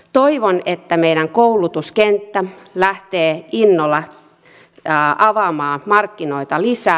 toivon että meidän koulutuskenttämme lähtee innolla avaamaan markkinoita lisää